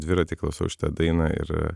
dviratį klausau šitą dainą ir